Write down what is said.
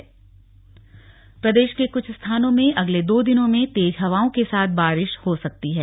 मौसम प्रदेश के कुछ स्थानों में अगले दो दिनों में तेज हवाओं के साथ बारिश हो सकती है